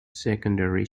secondary